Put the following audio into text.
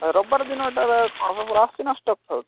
ରବିବାର ଦିନ ଏଇଟା ଆସୁଛି ନ ଷ୍ଟକ୍ ଥାଉଛି